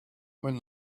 when